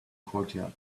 courtyard